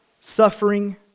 suffering